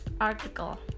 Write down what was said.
article